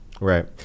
Right